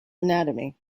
anatomy